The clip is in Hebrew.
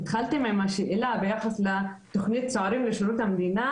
התחלתם עם השאלה ביחס לתכנית 'צוערים לשירות המדינה',